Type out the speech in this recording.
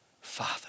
Father